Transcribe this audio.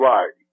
Right